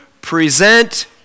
present